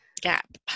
gap